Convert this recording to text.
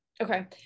Okay